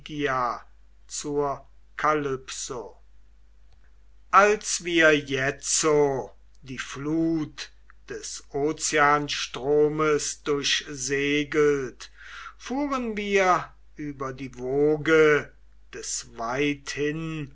zur kalypso als wir jetzo die flut des ozeanstromes durchsegelt fuhren wir über die woge des weithinwogenden